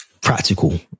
practical